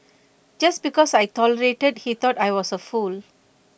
just because I tolerated he thought I was A fool